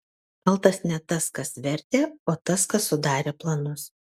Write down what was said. kaltas ne tas kas vertė o tas kas sudarė planus